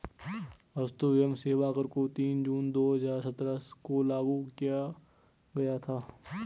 वस्तु एवं सेवा कर को तीस जून दो हजार सत्रह को लागू किया गया था